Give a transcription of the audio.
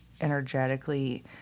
energetically